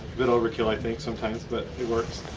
bit overkill i think sometimes but it works.